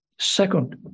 Second